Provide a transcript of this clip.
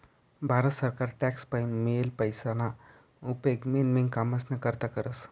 भारत सरकार टॅक्स पाईन मियेल पैसाना उपेग मेन मेन कामेस्ना करता करस